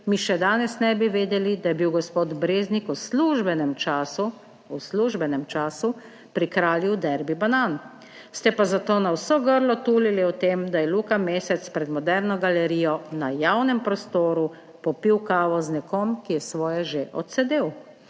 mi še danes ne bi vedeli, da je bil gospod Breznik v službenem času pri kralju Derby banan. Ste pa zato na vse grlo tulili o tem, da je Luka Mesec pred Moderno galerijo na javnem prostoru popil kavo z nekom, ki je svoje že odsedel